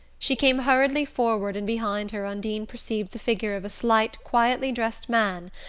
she came hurriedly forward and behind her undine perceived the figure of a slight quietly dressed man,